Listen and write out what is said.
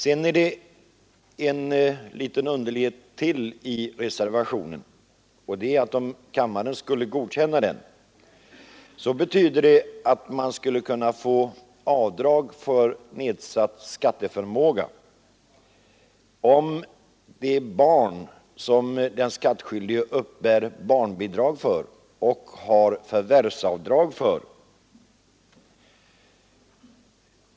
Sedan är det en liten underlighet till i reservationen. Om kammaren skulle godkänna reservationen, så betyder det att den skattskyldige skulle kunna få avdrag för nedsatt skatteförmåga på grund av hemmavarande minderåriga barn för vilka han uppbär barnbidrag och har förvärvsavdrag.